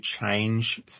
change